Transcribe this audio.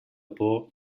por